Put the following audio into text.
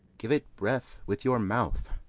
give it breath with your mouth,